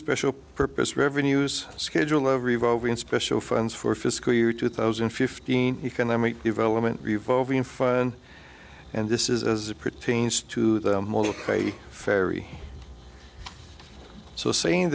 special purpose revenues schedule of revolving special funds for fiscal year two thousand and fifteen economic development revolving fun and this is as it pertains to the ferry so saying